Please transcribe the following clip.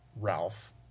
Ralph